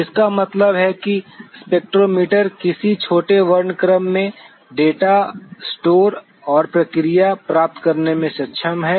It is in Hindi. इसका मतलब है कि स्पेक्ट्रोमीटर किस छोटे वर्णक्रम में डेटा स्टोर और प्रक्रिया प्राप्त करने में सक्षम है